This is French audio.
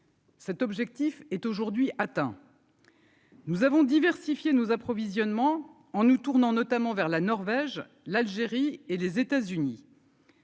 Cet objectif est aujourd'hui atteint. Nous avons diversifié nos approvisionnements en nous tournant notamment vers la Norvège, l'Algérie et les États-Unis.